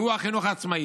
"והוא החינוך העצמאי.